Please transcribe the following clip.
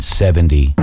seventy